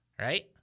Right